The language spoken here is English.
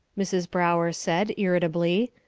mrs. brower said, irritably,